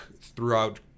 throughout